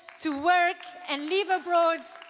to work and live abroad.